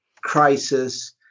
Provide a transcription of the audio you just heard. Crisis